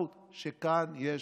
מה קבעה מגילת העצמאות?